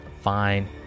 fine